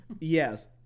Yes